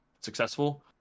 successful